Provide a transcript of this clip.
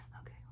Okay